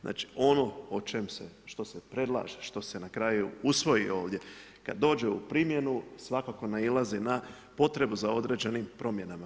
Znači ono što se predlaže, što se na kraju usvoji ovdje kad dođe u primjenu, svakako nailazi na potrebu za određenim promjenama.